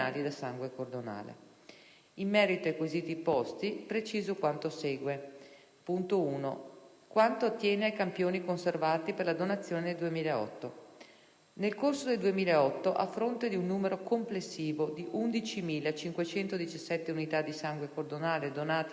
In merito ai quesiti posti, preciso quanto segue.